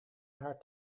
haar